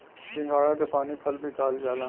सिंघाड़ा के पानी फल भी कहल जाला